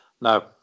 No